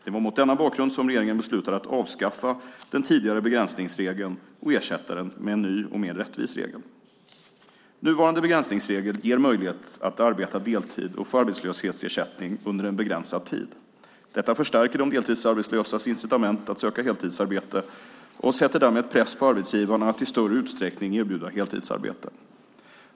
Det var mot denna bakgrund som regeringen beslutade att avskaffa den tidigare begränsningsregeln och ersätta den med en ny mer rättvis regel. Nuvarande begränsningsregel ger möjlighet att arbeta deltid och få arbetslöshetsersättning under en begränsad tid. Detta förstärker de deltidsarbetslösas incitament att söka heltidsarbete och sätter därmed press på arbetsgivarna att i större utsträckning erbjuda heltidsarbete.